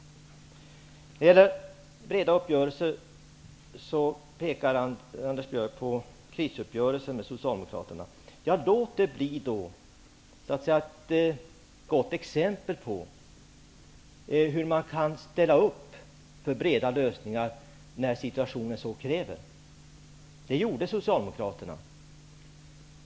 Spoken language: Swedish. När det gäller breda uppgörelser pekar Anders Socialdemokraterna. Låt det bli ett gott exempel på hur man kan ställa upp för breda lösningar när situationen så kräver. Det gjorde Socialdemokraterna.